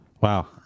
Wow